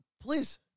Please